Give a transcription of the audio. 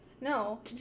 No